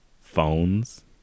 phones